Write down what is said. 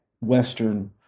Western